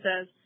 says